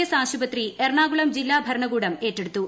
S ആശുപത്രി എറണാകുളം ജില്ലാ ഭരണകൂടം ഏറ്റെടുത്തു